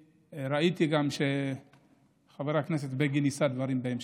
ראיתי גם שחבר הכנסת בגין יישא דברים בהמשך.